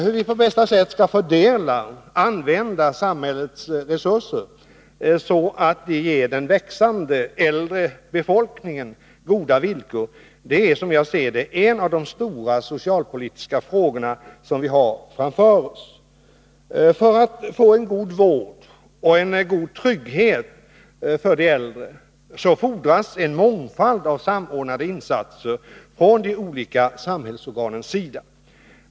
Hur vi på bästa sätt skall använda samhällets resurser så att de ger den växande gruppen äldre goda villkor är enligt min uppfattning en av de stora socialpolitiska frågorna. För att få en god vård och en god trygghet för de äldre fordras en mångfald av samordnade insatser från de olika samhällsorganens sida.